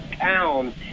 town